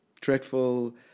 dreadful